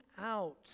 out